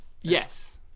Yes